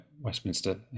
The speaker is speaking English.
Westminster